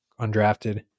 undrafted